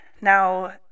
Now